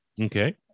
okay